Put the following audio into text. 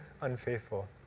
unfaithful